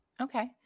Okay